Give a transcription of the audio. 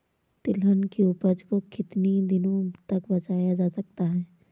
तिलहन की उपज को कितनी दिनों तक बचाया जा सकता है?